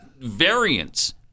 variants